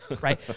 right